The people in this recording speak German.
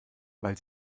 weil